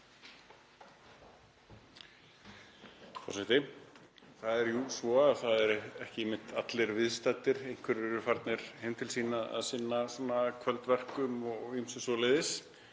Það er jú svo að það eru ekki allir viðstaddir, einhverjir eru farnir heim til sín að sinna kvöldverkum og ýmsu svoleiðis.